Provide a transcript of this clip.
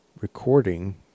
recording